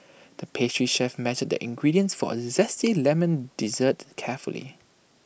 the pastry chef measured the ingredients for A Zesty Lemon Dessert carefully